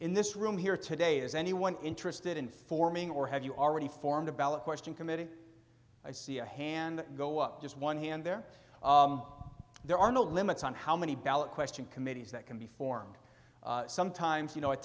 in this room here today is anyone interested in forming or have you already formed a ballot question committee i see a hand go up just one hand there there are no limits on how many ballot question committees that can be formed sometimes you know